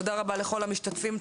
תודה רבה לכל המשתתפים,